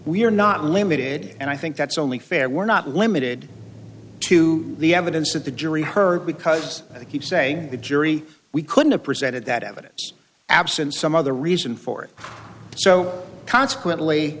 we are not limited and i think that's only fair we're not limited to the evidence that the jury heard because they keep saying the jury we couldn't presented that evidence absent some other reason for it so consequently